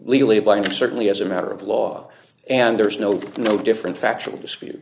legally blind certainly as a matter of law and there's no no different factual dispute